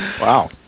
Wow